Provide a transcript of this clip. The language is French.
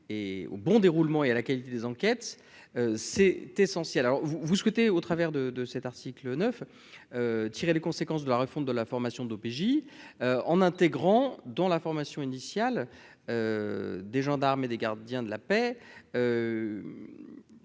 et au bon déroulement et à la qualité des enquêtes, c'est essentiel, alors vous vous souhaitez au travers de de cet article 9, tirer les conséquences de la réforme de la formation d'OPJ en intégrant dans la formation initiale des gendarmes et des gardiens de la paix,